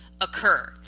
occur